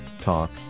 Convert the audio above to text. Talk